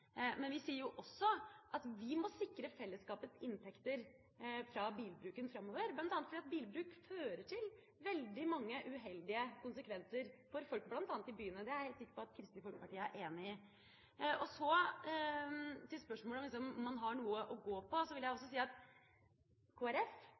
Men vi sier jo også at vi må sikre fellesskapets inntekter fra bilbruken framover, bl.a. fordi bilbruk fører til veldig mange uheldige konsekvenser for folk bl.a. i byene. Det er jeg helt sikker på at Kristelig Folkeparti er enig i. Til spørsmålet om man har noe å gå på, vil jeg